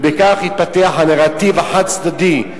וכך התפתח הנרטיב החד-צדדי,